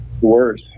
Worse